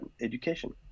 education